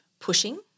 pushing